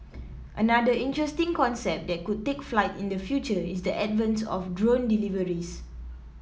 another interesting concept that could take flight in the future is the advent of drone deliveries